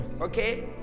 Okay